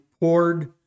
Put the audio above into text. poured